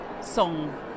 song